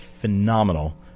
phenomenal